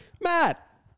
Matt